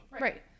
Right